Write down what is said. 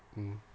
mm